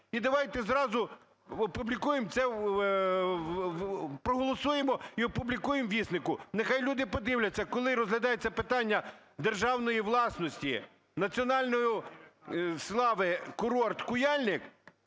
це, проголосуємо і опублікуємо у "Віснику". Нехай люди подивляться, коли розглядається питання державної власності, національної слави курорт "Куяльник",